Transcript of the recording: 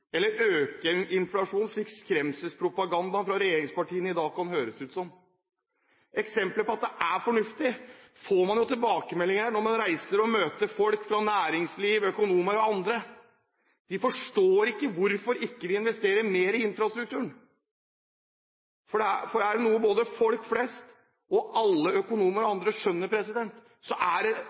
eller øke inflasjonen, slik det kan høres ut som i dag med skremselspropagandaen fra regjeringspartiene. Eksempler på at det er fornuftig, får man ved tilbakemeldinger når man reiser og møter folk fra næringsliv, økonomer og andre. De forstår ikke hvorfor vi ikke investerer mer i infrastruktur. For er det noe både folk flest og alle økonomer og andre skjønner, er det